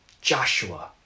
Joshua